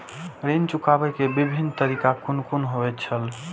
ऋण चुकाबे के विभिन्न तरीका कुन कुन होय छे?